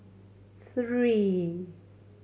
three